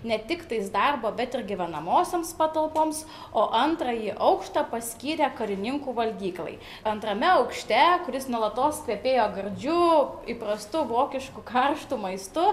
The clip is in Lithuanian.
ne tik tais darbo bet ir gyvenamosioms patalpoms o antrąjį aukštą paskyrė karininkų valgyklai antrame aukšte kuris nuolatos kvepėjo gardžiu įprastu vokišku karštu maistu